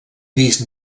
vist